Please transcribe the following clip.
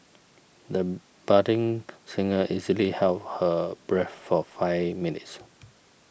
the budding singer easily held her breath for five minutes